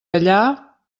allà